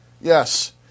Yes